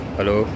Hello